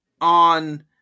on